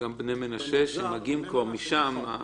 גם בני מנשה שמגיעים כבר משם...